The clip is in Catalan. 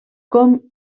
com